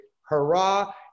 hurrah